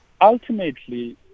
ultimately